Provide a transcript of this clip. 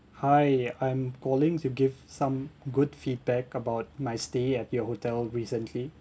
hi I'm calling to give some good feedback about my stay at your hotel recently